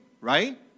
right